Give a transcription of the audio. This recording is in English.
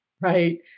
Right